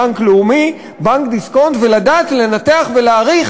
בנק לאומי ובנק דיסקונט ולדעת לנתח ולהעריך